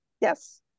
Yes